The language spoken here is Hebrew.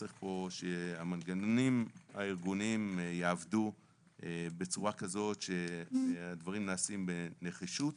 צריך פה שהמנגנונים הארגוניים יעבדו בצורה כזו שהדברים יעשו בנחישות